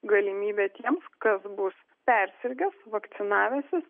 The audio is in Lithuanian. galimybę tiems kas bus persirgęs vakcinavęsis